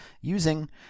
using